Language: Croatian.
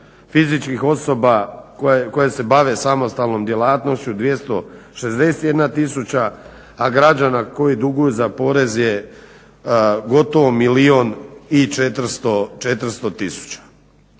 fizičkih osoba koje se bave samostalnom djelatnošću 261 tisuća, a građana koji duguju za poreze gotovo milijun